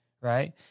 right